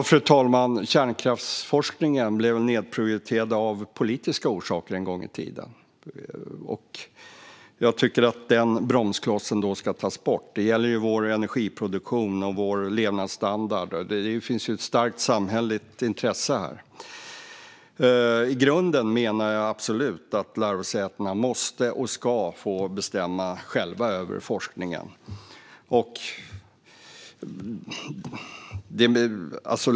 Fru talman! Kärnkraftsforskningen blev nedprioriterad av politiska orsaker en gång i tiden. Jag tycker att den bromsklossen ska tas bort. Det gäller vår energiproduktion och vår levnadsstandard. Det finns ett starkt samhälleligt intresse här. I grunden menar jag absolut att lärosätena måste, och ska, få bestämma själva över forskningen.